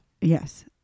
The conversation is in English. Yes